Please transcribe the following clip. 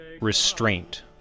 restraint